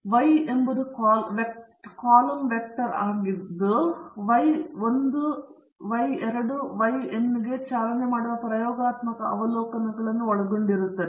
Y ಯ column vector ನೀವು ಹೊಂದಿದ್ದು ಅದು Y 1 Y 2 ಯಿಂದ Y n ಗೆ ಚಾಲನೆ ಮಾಡುವ ಪ್ರಯೋಗಾತ್ಮಕ ಅವಲೋಕನಗಳನ್ನು ಒಳಗೊಂಡಿರುತ್ತದೆ